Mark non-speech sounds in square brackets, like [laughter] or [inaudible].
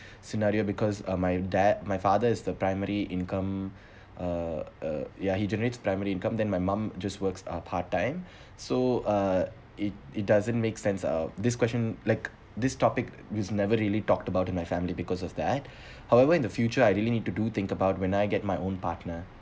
scenario because uh my dad my father is the primary income [breath] uh uh ya he generates primary income then my mum just works uh part time [breath] so uh it it doesn't make sense of this question like this topic was never really talked about in my family because of that [breath] however in the future I really need to do think about when I get my own partner